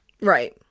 Right